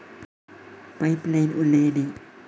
Pipe line ಒಳ್ಳೆಯದೇ?